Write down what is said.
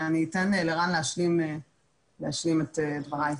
ואני אתן לרן להשלים את דבריי.